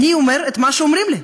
אני אומר את מה שאומרים לי,